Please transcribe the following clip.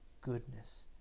goodness